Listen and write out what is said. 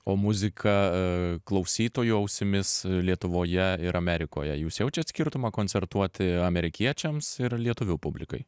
o muzika a klausytojo ausimis lietuvoje ir amerikoje jūs jaučiat skirtumą koncertuoti amerikiečiams ir lietuvių publikai